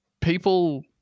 people